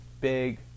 big